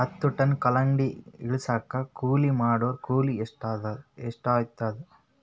ಹತ್ತ ಟನ್ ಕಲ್ಲಂಗಡಿ ಇಳಿಸಲಾಕ ಕೂಲಿ ಮಾಡೊರ ಕೂಲಿ ಎಷ್ಟಾತಾದ?